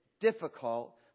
difficult